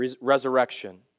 Resurrection